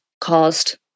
caused